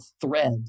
thread